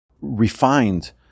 refined